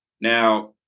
now